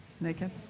Naked